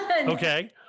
Okay